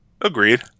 Agreed